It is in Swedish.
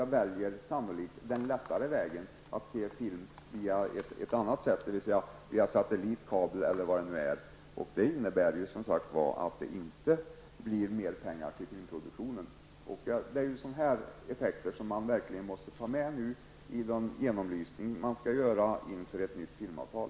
Man väljer sannolikt den lättare vägen, att se film på ett annat sätt, dvs. genom t.ex. satellit eller kabel. Detta innebär som sagt att det inte blir mer pengar för filmproduktion. Det är effekter av det här slaget som man verkligen måste räkna med vid den genomlysning som måste göras inför ett nytt filmavtal.